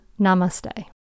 Namaste